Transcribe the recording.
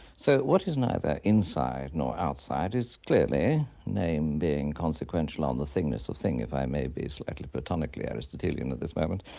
so what is neither inside nor outside is clearly, name being consequential on the thingness of thing, if i may be slighly platonically aristotelian at this moment,